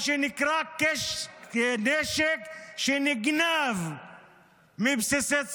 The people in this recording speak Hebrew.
מה שנקרא נשק שנגב מבסיסי צבא.